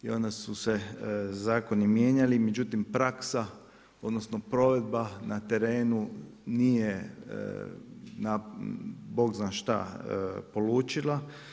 I onda su se zakoni mijenjali, međutim praksa odnosno provedba na terenu nije bog zna šta polučila.